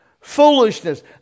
foolishness